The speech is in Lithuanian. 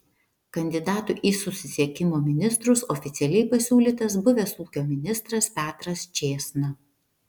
kandidatu į susisiekimo ministrus oficialiai pasiūlytas buvęs ūkio ministras petras čėsna